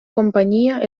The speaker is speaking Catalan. companyia